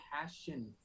passion